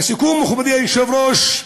לסיכום, מכובדי היושב-ראש,